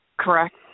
correct